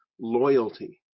loyalty